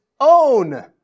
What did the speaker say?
own